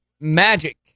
magic